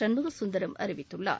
சண்முகசுந்தரம் அறிவித்துள்ளார்